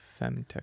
femtech